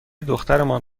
دخترمان